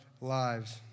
lives